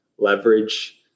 leverage